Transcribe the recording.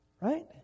right